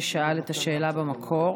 ששאל את השאלה במקור.